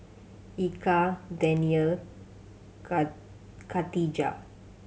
Eka Danial Katijah